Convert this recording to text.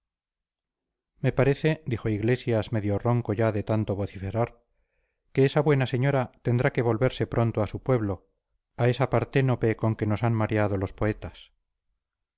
me parece dijo iglesias medio ronco ya de tanto vociferar que esa buena señora tendrá que volverse pronto a su pueblo a esa parténope con que nos han mareado los poetas